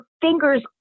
fingers